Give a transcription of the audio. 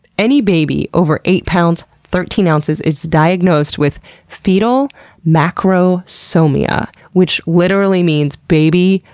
any baby over eight pounds, thirteen ounces is diagnosed with fetal macrosomia, so um yeah which literally means, baby,